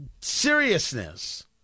seriousness